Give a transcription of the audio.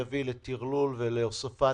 יש לי שאלת המשך: בשל היעדר תקציב,